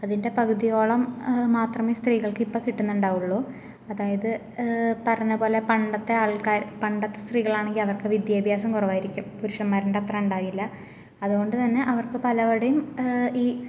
അതിൻറ്റെ പകുതിയോളം മാത്രമേ സ്ത്രീകൾക്ക് ഇപ്പം കിട്ടുന്നുടാവുകയുള്ളു അതായത് പറഞ്ഞപ്പോലെ പണ്ടത്തെ ആൾക്കാർ പണ്ടത്തെ സ്ത്രീകളാണെങ്കിൽ അവർക്ക് വിദ്യാഭ്യാസം കുറവായിരിക്കും പുരുഷന്മാര്ൻറ്റത്ര ഉണ്ടാകില്ല അതുകൊണ്ട് തന്നെ അവർക്ക് പലയിടയും ഈ